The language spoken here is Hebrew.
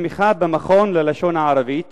כתמיכה במכון ללשון הערבית?